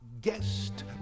Guest